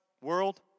world